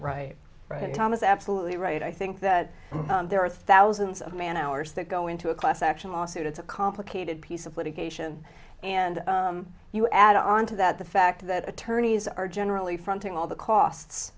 right right tom is absolutely right i think that there are thousands of man hours that go into a class action lawsuit it's a complicated piece of litigation and you add on to that the fact that attorneys are generally fronting all the costs